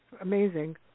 amazing